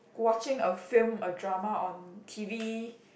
watching a film a drama on T_V